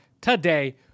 today